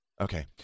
Okay